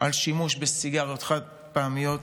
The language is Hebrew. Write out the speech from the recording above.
שימוש בסיגריות חד-פעמיות,